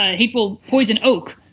ah hateful poison oak,